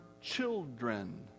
children